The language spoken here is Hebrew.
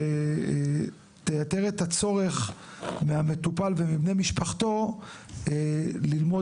ואת הצורך של המטופל ושל בני משפחתו ללמוד